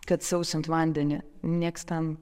kad sausint vandenį nieks ten